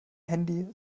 handy